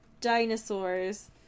dinosaurs